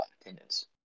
attendance